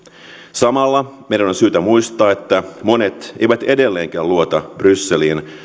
samalla meidän on syytä muistaa että monet eivät edelleenkään luota brysseliin